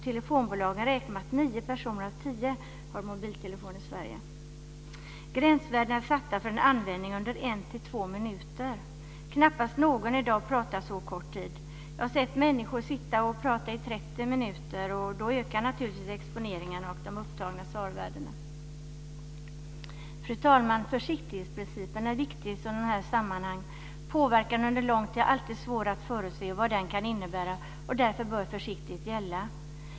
Telefonbolagen räknar med att nio personer av tio har mobiltelefon i Sverige. Gränsvärdena är satta för en användning under en till två minuter. Knappast någon i dag pratar under så kort tid. Jag har sett människor sitta och prata i 30 minuter, och då ökar naturligtvis exponeringen och de upptagna SAR-värdena. Fru talman! Försiktighetsprincipen är viktig i sådana här sammanhang. Det är alltid svårt att förutse vad påverkan under lång tid kan innebär. Därför bör försiktighet gälla.